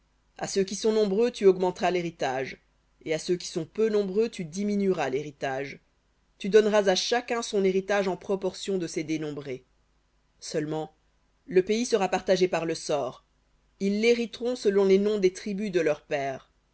à ceux qui sont nombreux tu augmenteras l'héritage et à ceux qui sont peu nombreux tu diminueras l'héritage tu donneras à chacun son héritage en proportion de ses dénombrés seulement le pays sera partagé par le sort ils l'hériteront selon les noms des tribus de leurs pères